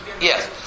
Yes